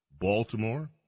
Baltimore